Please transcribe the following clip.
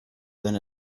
than